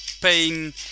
pain